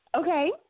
Okay